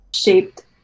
shaped